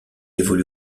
évolue